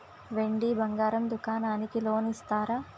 వెండి బంగారం దుకాణానికి లోన్ ఇస్తారా?